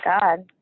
god